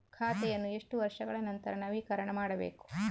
ಖಾತೆಯನ್ನು ಎಷ್ಟು ವರ್ಷಗಳ ನಂತರ ನವೀಕರಣ ಮಾಡಬೇಕು?